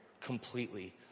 completely